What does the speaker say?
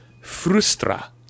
frustra